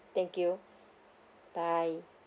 thank you bye